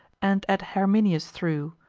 and at herminius threw,